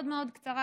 מאוד מאוד קצרה,